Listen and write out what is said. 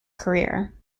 career